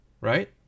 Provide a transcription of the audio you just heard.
right